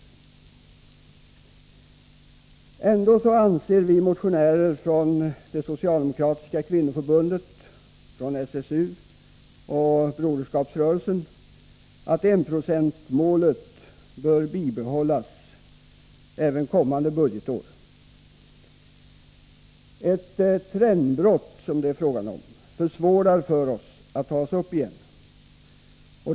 Trots dessa svårigheter anser vi motionärer från det socialdemokratiska kvinnoförbundet, SSU och broderskapsrörelsen att enprocentsmålet bör bibehållas även kommande budgetår. Ett trendbrott, som det här skulle vara fråga om, försvårar för oss att ta oss upp igen.